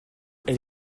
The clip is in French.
elle